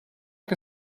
can